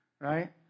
right